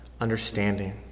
understanding